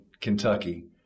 Kentucky